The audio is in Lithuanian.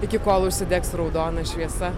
iki kol užsidegs raudona šviesa